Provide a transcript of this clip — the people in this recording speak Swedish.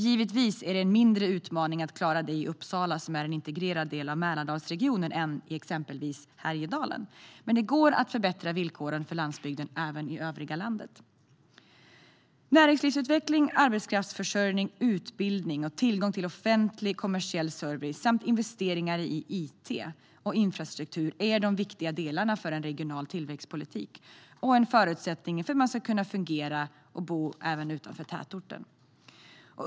Givetvis är det en mindre utmaning att klara detta i Uppsala, som är en integrerad del av Mälardalsregionen, än i exempelvis Härjedalen, men det går att förbättra villkoren för landsbygden även i övriga landet. Näringslivsutveckling, arbetskraftsförsörjning, utbildning, tillgång till offentlig och kommersiell service samt investeringar i it och infrastruktur är de viktiga delarna i en regional tillväxtpolitik. Det är också en förutsättning för att det ska fungera att bo även utanför tätorter.